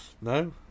No